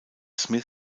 smith